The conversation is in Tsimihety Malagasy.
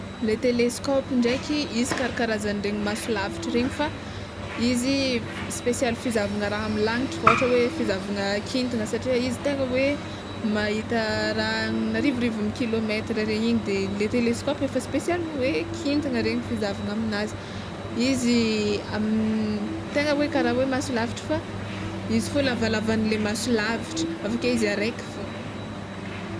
Le teleskaopy ndraiky, izy karakarazanle masolavitry regny fa izy spesialy fizahavana raha amy lagnitry ôhatra hoe fizahavana kintana satria izy tegna hoe mahita raha agnarivorivony kilometra regny igny, de le teleskaopy efa spesialy hoe kintana regny fô zahavana aminazy, izy amin'ny tegna hoe kara hoe masolavitra fa izy fô lavalavanle masolavitra aveke izy araiky fô.